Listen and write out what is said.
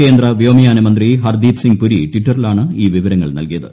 കേന്ദ്ര വ്യാമയാനമന്ത്രി ഹർദീപ് സിംഗ് പുരി ട്വിറ്ററിലാണ് ഈ വിവരങ്ങൾ നൽകിയത്